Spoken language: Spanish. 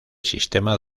sistema